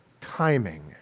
timing